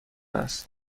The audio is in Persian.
است